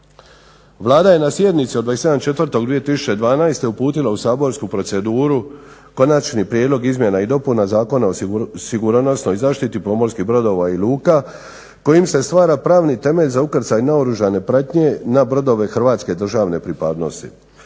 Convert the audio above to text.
Vlada je na sjednici od 27.4.2012. uputila u saborsku proceduru Konačni prijedlog izmjena i dopuna Zakona o sigurnosnoj zaštiti pomorskih brodova i luka kojim se stvara pravni temelj za ukrcaj naoružane pratnje na brodove hrvatske državne pripadnosti.